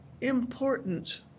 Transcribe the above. important